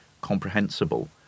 comprehensible